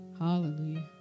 Hallelujah